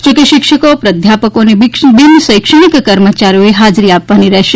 જો કે શિક્ષકો પ્રાધ્યાપકો અને બિન શૈક્ષણિક કર્મચારીઓને હાજરી આપવાની રહેશે